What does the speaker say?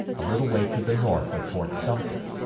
a little way to the north of fort sumter.